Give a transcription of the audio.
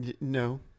No